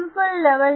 simple level